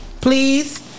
please